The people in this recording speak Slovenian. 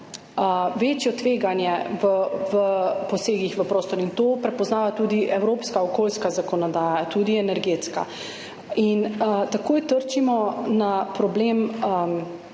večje tveganje pri posegih v prostor in to prepoznava tudi evropska okoljska zakonodaja, tudi energetska, in takoj trčimo tudi na problem